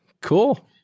Cool